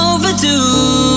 Overdue